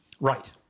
Right